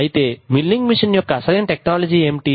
అయితే milling machine యొక్క అసలైన టెక్నాలజీ ఏమిటి